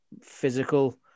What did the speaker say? physical